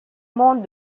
monde